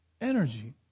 energy